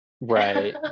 Right